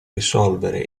risolvere